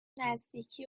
نزدیکی